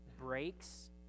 breaks